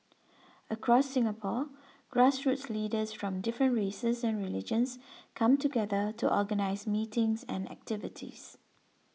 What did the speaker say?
across Singapore grassroots leaders from different races and religions come together to organise meetings and activities